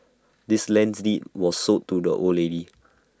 this land's deed was sold to the old lady